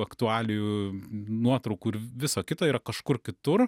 aktualijų nuotraukų ir viso kito ir kažkur kitur